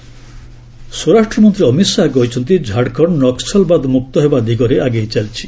ଅମିତ୍ ଶାହା ସ୍ୱରାଷ୍ଟ୍ର ମନ୍ତ୍ରୀ ଅମିତ୍ ଶାହା କହିଛନ୍ତି ଝାଡ଼ଖଣ୍ଡ ନକ୍ୱଲବାଦ ମୁକ୍ତ ଦିଗରେ ଆଗେଇ ଚାଲିଛି